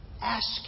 ask